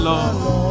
Lord